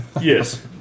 Yes